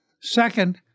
Second